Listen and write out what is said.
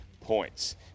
points